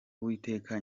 uwiteka